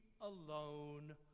alone